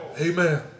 Amen